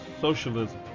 socialism